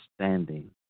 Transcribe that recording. understanding